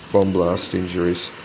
bomb blast injuries.